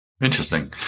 Interesting